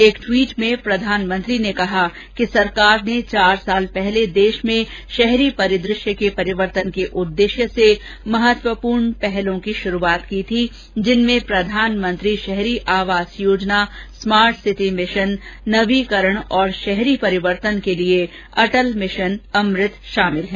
एक ट्वीट में प्रधानमंत्री ने कहा कि सरकार ने चार साल पहले देश में शहरी परिदृश्य के परिवर्तन के उद्देश्य से महत्वपूर्ण पहलों की शुरुआत की थी जिनमें प्रधानमंत्री शहरी आवास योजना स्मार्ट सिटी मिशन नवीकरण और शहरी परिवर्तन के लिए अटल मिशन अमृत शामिल हैं